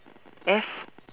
F